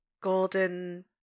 golden